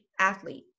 athlete